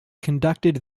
conducted